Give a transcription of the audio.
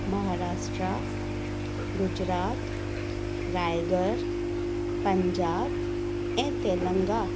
महाराष्ट्र गुजरात रायगढ़ पंजाब ऐं तेलंगा